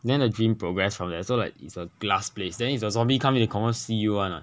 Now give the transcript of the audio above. then the dream progress from there so like is a glass place then if the zombie come in they confirm see you [one] [what]